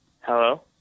Hello